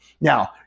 Now